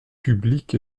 publique